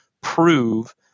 prove